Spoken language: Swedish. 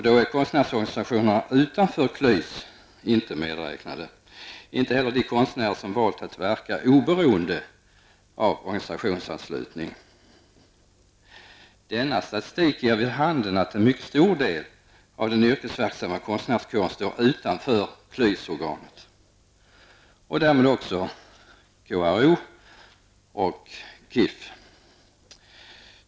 Då är konstnärsorganisationerna utanför KLYS inte medräknade, inte heller de konstnärer som valt att verka oberoende av organisationsanslutning. Denna statistik ger vid handen att en mycket stor del av den yrkesverksamma konstnärskåren står utanför KLYS-organet och därmed också KRO och KIF.